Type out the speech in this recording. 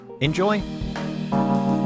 Enjoy